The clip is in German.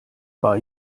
war